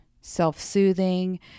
self-soothing